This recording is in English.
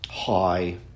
Hi